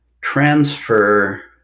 transfer